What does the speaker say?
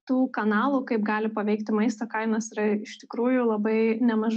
tų kanalų kaip gali paveikti maisto kainos yra iš tikrųjų labai nemažai